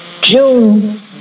June